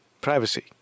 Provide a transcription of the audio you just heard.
Privacy